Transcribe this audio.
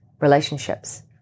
relationships